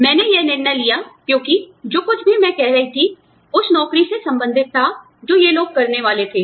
मैंने यह निर्णय लिया क्योंकि जो कुछ भी मैं कह रही थी उस नौकरी से संबंधित था जो ये लोग करने वाले थे